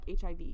HIV